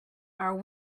are